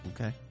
okay